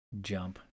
jump